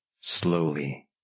slowly